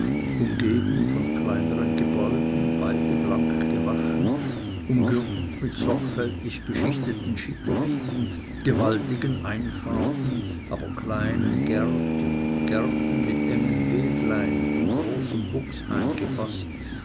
umgeben von kleinern gebäuden beide blank gewaschen umgürtet mit sorgfältig geschichteten scheiterbygen gewaltigen einfahrten aber kleinen gärten gärten mit engen weglein von großem buchs eingefaßt